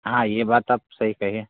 हाँ यह बात आप सही कहे